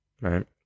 right